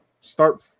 start